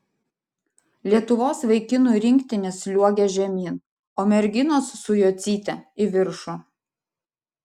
lietuvos vaikinų rinktinės sliuogia žemyn o merginos su jocyte į viršų